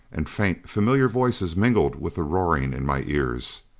and faint, familiar voices mingled with the roaring in my ears.